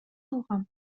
алгам